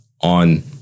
on